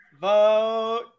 Vote